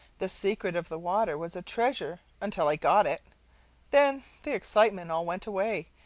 the secret of the water was a treasure until i got it then the excitement all went away,